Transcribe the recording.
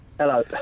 Hello